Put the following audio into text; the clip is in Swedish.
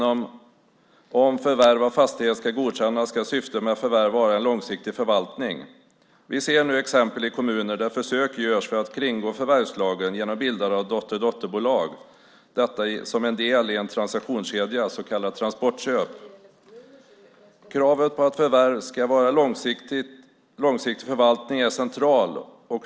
Om förvärv av fastighet ska godkännas ska syftet med förvärvet vara långsiktig förvaltning. Vi ser nu exempel i kommuner där försök görs för att kringgå förvärvslagen genom bildande av dotterdotterbolag, detta som en del i en transaktionskedja, så kallade transportköp. Kravet på att förvärv ska vara långsiktig förvaltning är centralt.